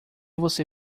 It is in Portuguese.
você